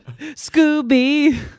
Scooby